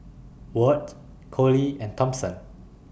Wirt Collie and Thompson